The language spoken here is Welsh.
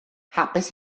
hapus